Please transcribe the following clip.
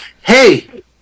Hey